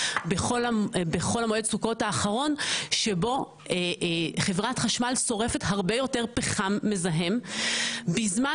בחול המועד סוכות האחרון שבו חברת חשמל שורפת הרבה יותר פחם מזהם בזמן